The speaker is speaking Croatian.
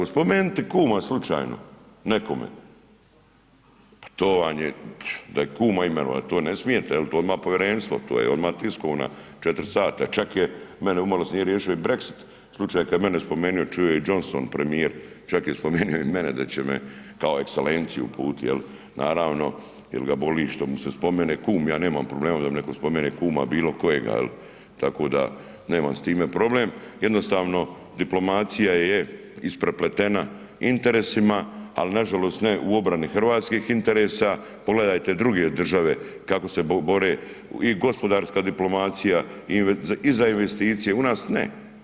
Spomenuti kuma slučajno nekome pa to vam, da je kuma imenovat, to ne smijete, to odmah povjerenstvo, to je odmah tiskovna 4 sata, čak je meni umalo se nije riješio Brexit, slučajno kad je mene spomenuo, čuo je Johnson premijer, čak je spomenuo i mene i da će me kao Ekselenciju uputiti, jel, naravno jer ga boli što mu se spomene kum, ja nemam problema da mi neko spomene kuma bilokojega, tako da nemam s time problem, jednostavno diplomacija je isprepletena interesima ali nažalost ne u obrani hrvatskih interesa, pogledajte druge države kako se bore i gospodarska diplomacija i za investicije, u nas ne.